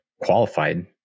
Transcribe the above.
qualified